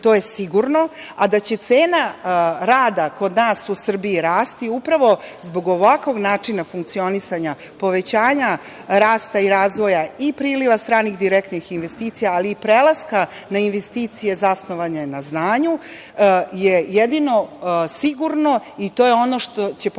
to je sigurno, a da će cena rada kod nas u Srbiji rasti upravo zbog ovakvog načina funkcionisanja, povećanja rasta i razvoja i priliva stranih direktnih investicija, ali i prelaska na investicije zasnovane na znanju je jedino sigurno i to je ono što će pokazati